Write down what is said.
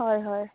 হয় হয়